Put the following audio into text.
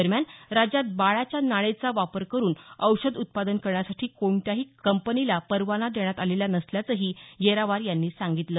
दरम्यान राज्यात बाळाच्या नाळेचा वापर करून औषध उत्पादन करण्यासाठी कोणत्याही कंपनीला परवाना देण्यात आलेला नसल्याचंही येरावार यांनी सागितलं